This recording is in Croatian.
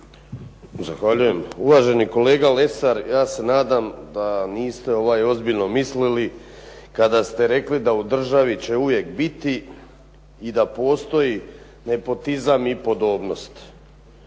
Zahvaljujem. Uvaženi kolega Lesar, ja se nadam da niste ozbiljno mislili kada ste rekli da u državi će uvijek biti i da postoji nepotizam i podobnost.